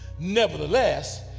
nevertheless